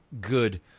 Good